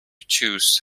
choose